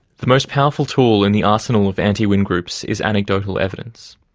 the most powerful tool in the arsenal of anti-wind groups is anecdotal evidence.